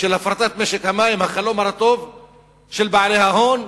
של הפרטת משק המים, החלום הרטוב של בעלי ההון,